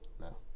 No